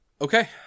Okay